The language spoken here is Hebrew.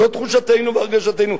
זו תחושתנו והרגשתנו,